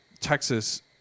texas